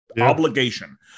obligation